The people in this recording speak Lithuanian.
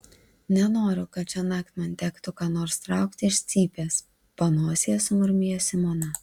nenoriu kad šiąnakt man tektų ką nors traukti iš cypės panosėje sumurmėjo simona